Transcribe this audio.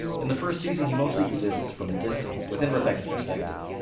in the first season, he mostly exists from a distance, within rebecca's perspective,